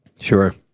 Sure